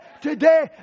today